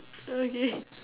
okay